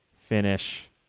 finish